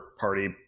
party